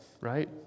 right